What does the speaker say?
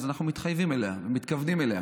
אז אנחנו מתחייבים אליה ומתכוונים אליה.